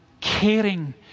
caring